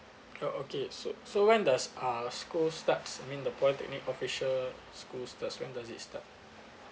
oh okay so so when does uh school starts I mean the polytechnic official school starts when does it start